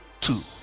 two